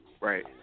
Right